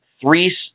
three